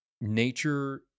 nature